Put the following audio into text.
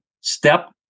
step